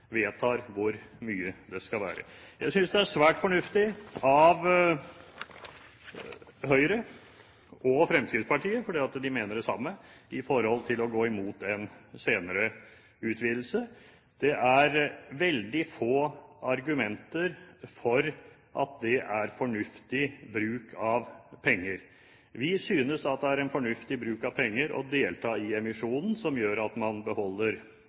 vedtar hvor mye det skal være. Jeg synes det er svært fornuftig av Høyre – og av Fremskrittspartiet, for de mener det samme – å gå imot en senere utvidelse. Det er veldig få argumenter for at det er fornuftig bruk av penger. Vi synes det er en fornuftig bruk av penger å delta i emisjonen, som gjør at man beholder